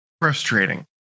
frustrating